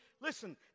Listen